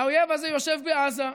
האויב הזה יושב בעזה,